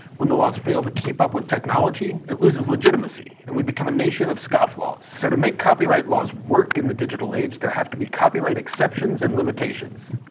when the laws fail to keep up with technology, it loses legitimacy, and we become a nation of scofflaws. so to make copyright laws work in the digital age, there have to be copyright exceptions and limitations.